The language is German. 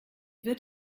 wird